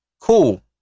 Cool